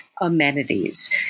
amenities